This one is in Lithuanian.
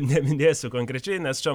neminėsiu konkrečiai nes čia